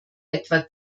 etwa